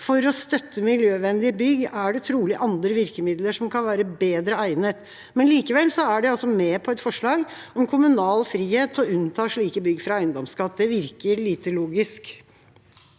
«For å støtte miljøvennlige bygg er det trolig andre virkemidler som kan være bedre egnet.» Likevel er de med på et forslag om kommunal frihet til å unnta slike bygg fra eiendomsskatt. Det virker lite logisk.